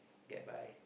get by